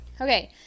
Okay